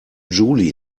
juli